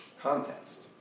context